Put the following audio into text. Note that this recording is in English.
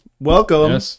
Welcome